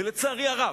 ולצערי הרב,